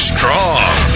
Strong